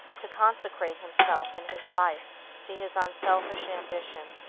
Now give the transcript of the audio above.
to consecrate himself and his life to his unselfish ambition.